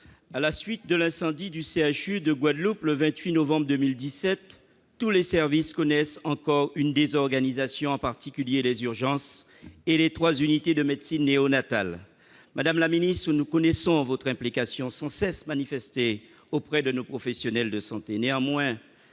À la suite de l'incendie du CHU de Guadeloupe le 28 novembre 2017, tous les services connaissent une désorganisation, en particulier les urgences et les trois unités de médecine néonatale. Madame la ministre, nous connaissons votre implication sans cesse manifestée auprès de nos professionnels de santé.